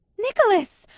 nicholas!